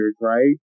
right